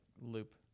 loop